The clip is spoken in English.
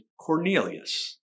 Cornelius